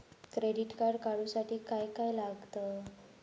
Credit card काढूसाठी काय काय लागत?